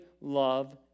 love